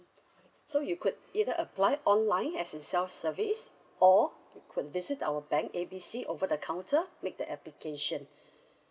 so you could either apply online as in self service or you could visit our bank A B C over the counter make the application